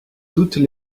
toutes